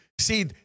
See